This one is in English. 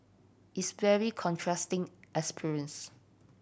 it's very contrasting experience